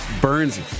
Burns